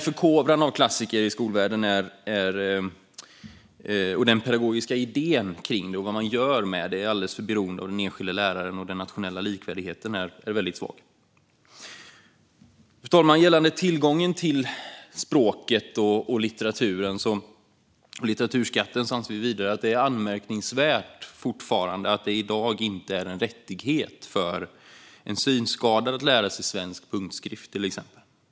Förkovran i klassiker i skolvärlden och den pedagogiska idén är i dag alldeles för beroende av den enskilda läraren, och den nationella likvärdigheten är svag. Fru talman! Gällande tillgången till språket och litteraturskatten är det fortfarande anmärkningsvärt att det i dag inte är en rättighet för en synskadad att lära sig svensk punktskrift.